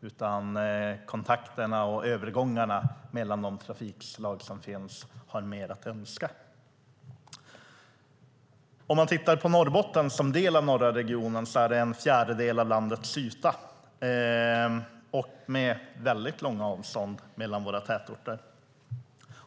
När det gäller kontakterna och övergångarna mellan de olika trafikslagen finns det mer att önska. Norrbotten, som en del av norra regionen, omfattar en fjärdedel av landets yta med långa avstånd mellan tätorterna.